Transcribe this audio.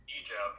Egypt